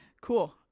cool